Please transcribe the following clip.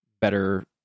better